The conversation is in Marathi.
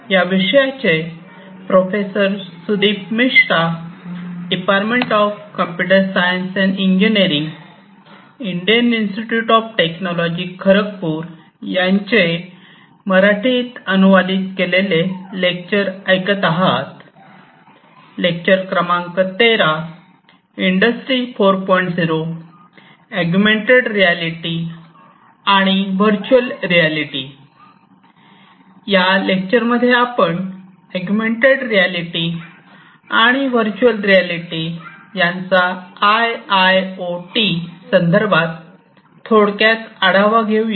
या लेक्चर मध्ये आपण अगुमेन्टेड रियालिटी आणि व्हर्च्युअल रियालिटी यांचा आय आय ओ टी संदर्भात थोडक्यात आढावा घेऊया